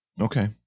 Okay